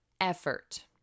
effort